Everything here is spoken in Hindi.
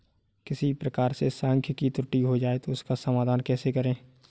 किसी प्रकार से सांख्यिकी त्रुटि हो जाए तो उसका समाधान कैसे करें?